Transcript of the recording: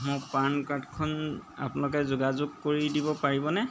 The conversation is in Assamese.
মোক পান কাৰ্ডখন আপোনালোকে যোগাযোগ কৰি দিব পাৰিবনে